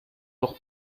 noch